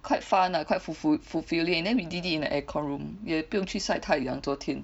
quite fun lah quite ful~ ful~ fulfilling and then we did it in an air con room 也不用去晒太阳啊昨天